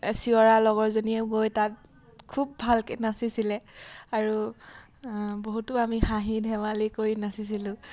চিঞৰা লগৰজনীয়েও গৈ তাত খুব ভালকৈ নাচিছিলে আৰু বহুতো আমি হাঁহি ধেমালি কৰি নাচিছিলোঁ